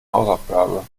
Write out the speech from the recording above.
hausaufgabe